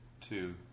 two